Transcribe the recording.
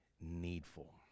needful